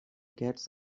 cats